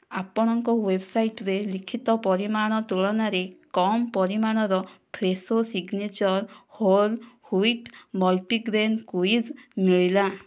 ଆପଣଙ୍କ ୱେବ୍ସାଇଟ୍ରେ ଲିଖିତ ପରିମାଣ ତୁଳନାରେ କମ୍ ପରିମାଣର Fresho signature whole wheat multigrain cookies ମିଳିଲା